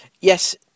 yes